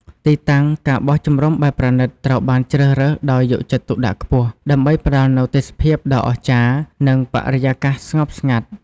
ទីតាំង ការបោះជំរំបែបប្រណីត ត្រូវបានជ្រើសរើសដោយយកចិត្តទុកដាក់ខ្ពស់ ដើម្បីផ្តល់នូវទេសភាពដ៏អស្ចារ្យ និងបរិយាកាសស្ងប់ស្ងាត់។